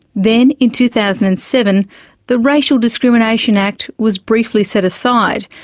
then in two thousand and seven the racial discrimination act was briefly set aside,